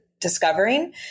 discovering